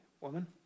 woman